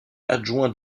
adjoint